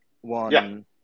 one